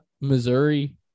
Missouri